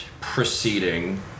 proceeding